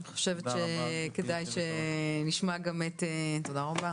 אני חושבת שכדאי שנשמע אותך.